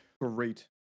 Great